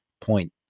point